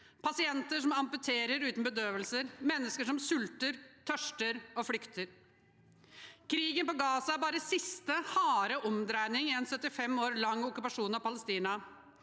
pasienter som amputeres uten bedøvelse, og mennesker som sulter, tørster og flykter. Krigen i Gaza er bare siste, harde omdreining i en 75 år lang okkupasjon av Palestina.